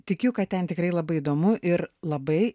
tikiu kad ten tikrai labai įdomu ir labai